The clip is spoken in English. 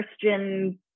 Christian